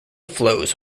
flows